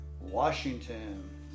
washington